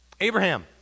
Abraham